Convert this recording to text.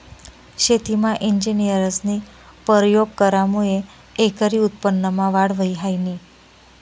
शेतीमा इंजिनियरस्नी परयोग करामुये एकरी उत्पन्नमा वाढ व्हयी ह्रायनी